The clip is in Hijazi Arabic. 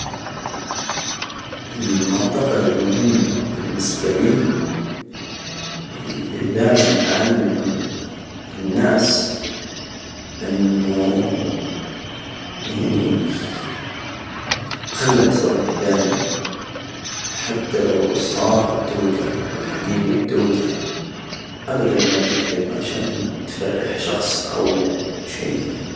المعتقد المهم بالنسبة لي واللي لازم أعلمه للناس أنو يعني، خلك صريح دايما، حتى لو الصراحة بتوجع، والحجيجة بتوجع، أبدا لا تكذب عشان تفرح شخص أو شي.